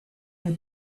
had